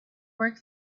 work